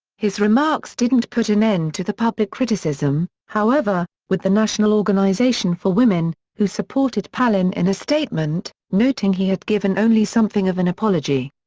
his remarks didn't put an end to the public criticism, however, with the national organization for women, who supported palin in a statement, noting he had given only something of an apology.